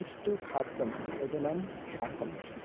इष्टं खाद्यं ओदनं शाकां च